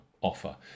offer